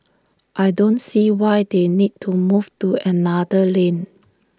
I don't see why they need to move to another lane